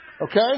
Okay